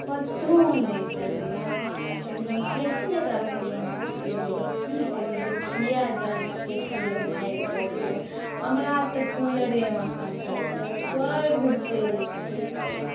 पतो नहि चलै छै एकदम ए सी एकरा सामनेमे फेल अइ कि कही लोक किएक जानि ए सी लए सब मारि करैए हमरा तऽ कूलरेमे सन्तोष अइ स्वर्ग छै एतऽ